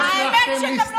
האמת שגם לא ממש עולה בידכם.